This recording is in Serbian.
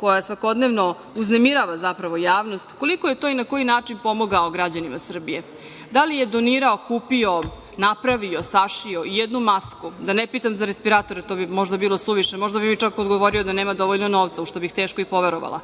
koja svakodnevno uznemirava, zapravo, javnost, koliko je to i na koji način pomogao građanima Srbije? Da li je donirao, kupio, napravio, sašio ijednu masku? Da ne pitam za respiratore, to bi možda bilo suviše. Možda bi mi čak odgovorio da nema dovoljno novca, u šta bih teško i poverovala.